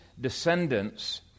descendants